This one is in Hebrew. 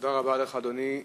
תודה רבה לך, אדוני.